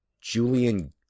Julian